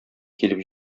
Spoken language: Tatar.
килеп